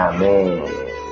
Amen